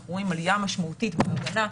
אנחנו רואים עלייה משמעותי בהגנה,